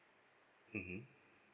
mmhmm